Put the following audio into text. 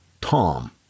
Tom